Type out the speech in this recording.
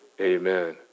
amen